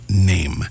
name